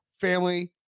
family